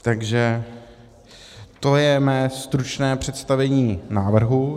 Takže to je mé stručné představení návrhu.